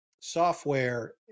software